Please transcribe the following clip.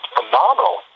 phenomenal